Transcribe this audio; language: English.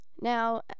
Now